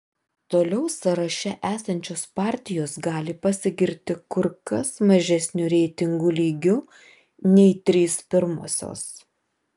toliau sąraše esančios partijos gali pasigirti kur kas mažesniu reitingų lygiu nei trys pirmosios